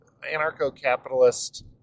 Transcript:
anarcho-capitalist